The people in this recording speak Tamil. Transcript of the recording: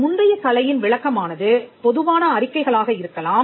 முந்தைய கலையின் விளக்கமானது பொதுவான அறிக்கைகள் ஆக இருக்கலாம்